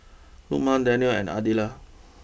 Lukman Danial and